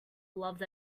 loved